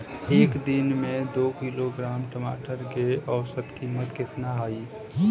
एक दिन में दो किलोग्राम टमाटर के औसत कीमत केतना होइ?